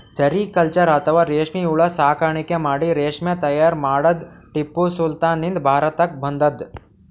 sericulture ಅಥವಾ ರೇಶ್ಮಿ ಹುಳ ಸಾಕಾಣಿಕೆ ಮಾಡಿ ರೇಶ್ಮಿ ತೈಯಾರ್ ಮಾಡದ್ದ್ ಟಿಪ್ಪು ಸುಲ್ತಾನ್ ನಿಂದ್ ಭಾರತಕ್ಕ್ ಬಂದದ್